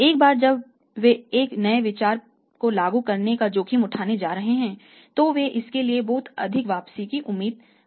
एक बार जब वे एक नए विचार को लागू करने का जोखिम उठाने जा रहे हैं तो वे इसके लिए बहुत अधिक वापसी की उम्मीद कर रहे हैं